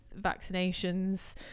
vaccinations